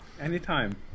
anytime